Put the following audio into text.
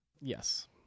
yes